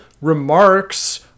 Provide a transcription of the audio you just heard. remarks